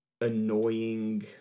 annoying